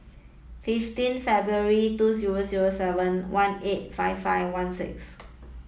fifteen February two zero zero seven one eight five five one six